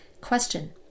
Question